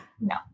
No